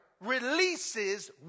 releases